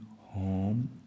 home